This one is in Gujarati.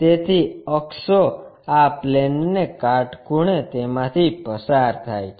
તેથી અક્ષો આ પ્લેનને કાટખૂણે તેમાંથી પસાર થાય છે